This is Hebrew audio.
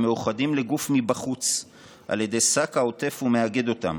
המאוחדים לגוף אחד מבחוץ על ידי שק העוטף ומאגד אותם,